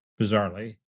bizarrely